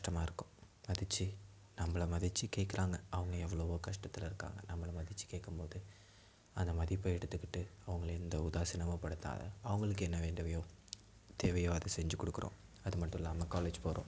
கஷ்டமாக இருக்கும் மதித்து நம்பளை மதித்து கேட்குறாங்க அவங்க எவ்வளவோ கஷ்டத்தில் இருக்காங்க நம்மளை மதித்து கேட்கும் போது அந்த மதிப்பை எடுத்துக்கிட்டு அவங்கள எந்த உதாசினமும் படுத்தாத அவங்களுக்கு என்ன வேண்டுவையோ தேவையோ அதை செஞ்சு கொடுக்குறோம் அது மட்டும் இல்லாமல் காலேஜ் போகிறோம்